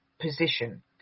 position